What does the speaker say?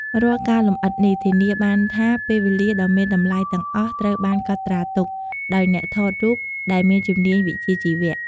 រាល់ការលម្អិតនេះ ធានាបានថាពេលវេលាដ៏មានតម្លៃទាំងអស់ត្រូវបានកត់ត្រាទុក ដោយអ្នកថតរូបដែលមានជំនាញវិជ្ជាជីវៈ។